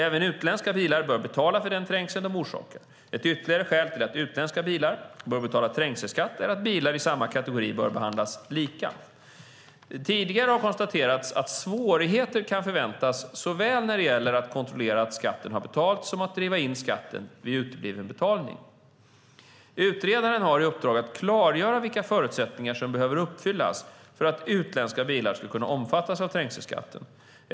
Även utländska bilar bör betala för den trängsel de orsakar. Ett ytterligare skäl till att utländska bilar bör betala trängselskatt är att bilar i samma kategori bör behandlas lika. Tidigare har konstaterats att svårigheter kan förväntas när det gäller såväl att kontrollera att skatt har betalats som att driva in skatten vid utebliven betalning. Utredaren har i uppdrag att klargöra vilka förutsättningar som behöver uppfyllas för att utländska bilar ska kunna omfattas av trängselskatten.